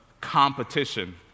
competition